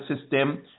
system